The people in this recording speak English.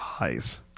eyes